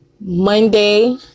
Monday